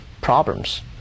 problems